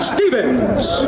Stevens